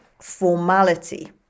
formality